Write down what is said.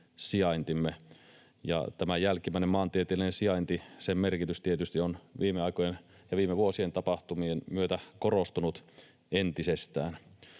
sijaintimme, ja tämän jälkimmäisen, maantieteellisen sijainnin, merkitys tietysti on viime aikojen ja viime vuosien tapahtumien myötä korostunut entisestään.